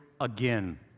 again